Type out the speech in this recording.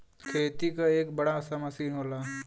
खेती क एक बड़ा सा मसीन होला